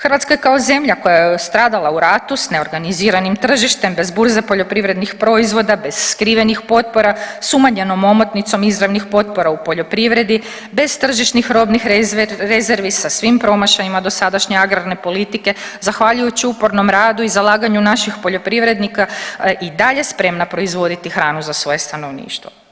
Hrvatska je kao zemlja koja je stradala u ratu s ne organiziranim tržištem bez burze poljoprivrednih proizvoda, bez skrivenih potpora, s umanjenom omotnicom izravnih potpora u poljoprivredi, bez tržišnih robnih rezervi sa svim promašajima dosadašnje agrarne politike zahvaljujući upornom radu i zalaganju naših poljoprivrednika i dalje spremna proizvoditi hranu za svoje stanovništvo.